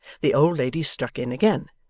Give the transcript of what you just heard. the old lady struck in again,